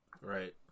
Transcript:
right